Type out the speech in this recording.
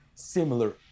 similar